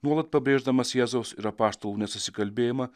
nuolat pabrėždamas jėzaus ir apaštalų nesusikalbėjimą